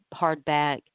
hardback